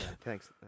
thanks